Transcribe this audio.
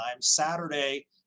Saturday